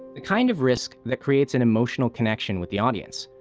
the kind of risk that creates an emotional connection with the audience.